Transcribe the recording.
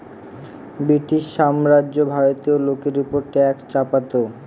British সাম্রাজ্য ভারতীয় লোকের ওপর ট্যাক্স চাপাতো